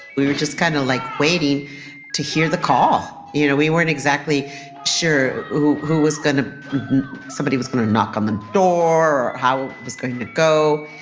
we were just kind of, like, waiting to hear the call. you know, we weren't exactly sure who who was going to somebody was going to knock on the door how it was going to go.